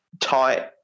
tight